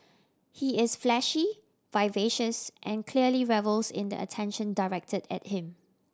he is flashy vivacious and clearly revels in the attention directed at him